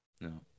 No